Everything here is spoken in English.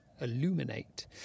illuminate